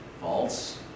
false